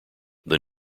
that